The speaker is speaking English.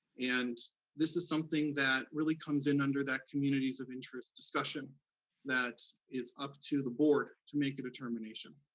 and this is something that really comes in under that communities of interest discussion that is up to the board to make a determination.